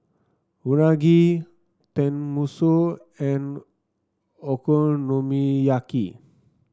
Unagi Tenmusu and Okonomiyaki